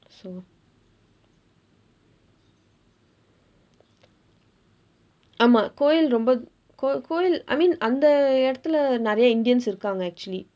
so ஆமா கோவில் ரொம்ப கோ~ கோவில்:aamaa koovil rompa koo~ koovil I mean அந்த இடத்துல நிறைய:andtha idaththula niraiya indians இருக்காங்க:irukkaangka actually